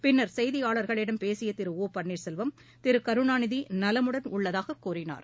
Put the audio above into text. பின்னர் செய்தியாளர்களிடம் பேசிய திரு ஒ பள்வீர் செல்வம் திரு கருணாநிதி நலமுடன் உள்ளதாக கூறினார்